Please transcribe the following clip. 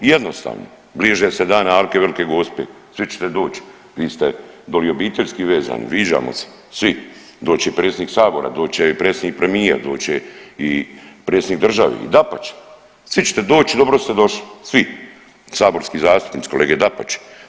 Jednostavno, bliže se dali Alke i Velike Gospe svi ćete doć, vi ste doli obiteljski vezani, viđamo se svi. doće i predsjednik sabora, doće i predsjednik premijer, doće i predsjednik država i dapače svi ćete doći i dobro ste došli svi saborski zastupnici, kolege dapače.